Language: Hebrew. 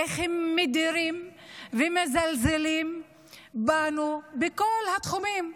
איך הם מדירים ומזלזלים בנו בכל התחומים,